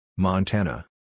Montana